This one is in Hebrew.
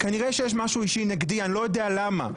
כנראה יש משהו אישי נגדי, אני לא יודע למה.